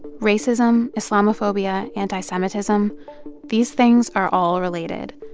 racism, islamophobia, anti-semitism these things are all related,